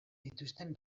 dituzten